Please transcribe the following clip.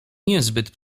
niezbyt